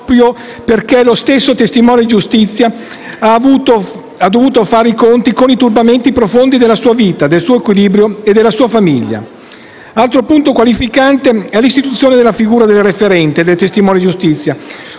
proprio perché lo stesso testimone di giustizia ha dovuto fare i conti con turbamenti profondi della sua vita, del suo equilibrio e della sua famiglia. Altro punto qualificante è l'istituzione della figura del referente del testimone di giustizia: